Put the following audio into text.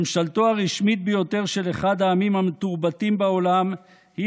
ממשלתו הרשמית ביותר של אחד העמים המתורבתים בעולם היא